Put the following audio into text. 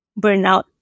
burnout